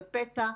בפתע.